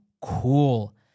cool